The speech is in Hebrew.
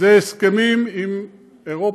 זה הסכמים עם אירופה,